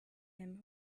him